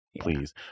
please